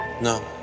No